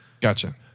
Gotcha